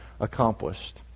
accomplished